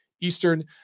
Eastern